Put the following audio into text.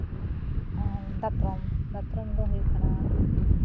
ᱟᱨ ᱫᱟᱛᱨᱚᱢ ᱫᱟᱛᱨᱚᱢ ᱫᱚ ᱦᱩᱭᱩᱜ ᱠᱟᱱᱟ